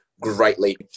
greatly